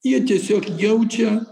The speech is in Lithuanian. jie tiesiog jaučia